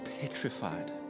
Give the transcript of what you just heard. petrified